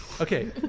Okay